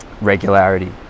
regularity